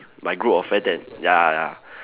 my group of friend that ya ya